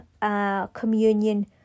communion